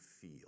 feel